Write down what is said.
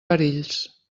perills